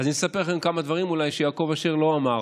אז אני אספר לכם כמה דברים שאולי יעקב אשר לא אמר,